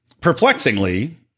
perplexingly